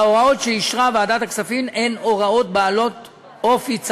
ההוראות שאישרה ועדת הכספים הן הוראות בעלות אופי צרכני,